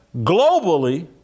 globally